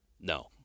No